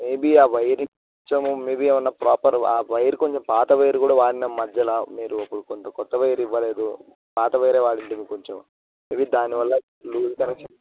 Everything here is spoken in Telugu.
మేబీ ఆ వైర్ కొంచెం మేబీ ఏమన్నా ప్రాపర్ ఆ వైర్ కొంచెం పాత వైర్ కూడా వాడినాం మధ్యలో మీరు ఇప్పుడు కొంత కొత్త వైర్ ఇవ్వలేదు పాత వైర్ వాడింటిమి కొంచెం ఇవి దానివల్ల లూస్ కనెక్షన్